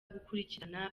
gukurikirana